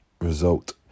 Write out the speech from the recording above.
result